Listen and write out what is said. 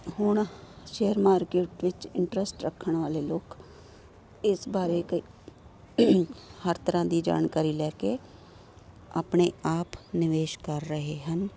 ਹੁਣ share market ਵਿੱਚ interest ਰੱਖਣ ਵਾਲੇ ਲੋਕ ਇਸ ਬਾਰੇ ਕ ਹਰ ਤਰ੍ਹਾਂ ਦੀ ਜਾਣਕਾਰੀ ਲੈ ਕੇ ਆਪਣੇ ਆਪ ਨਿਵੇਸ਼ ਕਰ ਰਹੇ ਹਨ